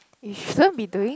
you shouldn't be doing